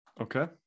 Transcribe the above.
okay